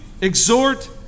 exhort